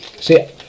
See